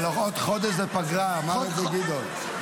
בעוד חודש פגרה, אמר את זה גדעון.